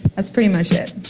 that's pretty much it.